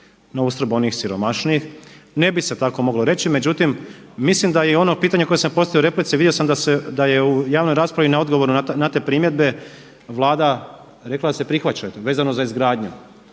na uštrb onih siromašnijih. Ne bi se tako moglo reći, međutim mislim da je ono pitanje koje sam postavio u replici, vidio sam da je u javnoj raspravi odgovor na te primjedbe Vlada rekla da se prihvaćaju, vezano za izgradnju